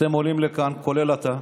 אתם עולים לכאן, כולל אתה,